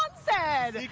um said!